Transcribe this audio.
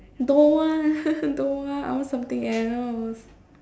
don't want don't want I want something else